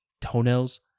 toenails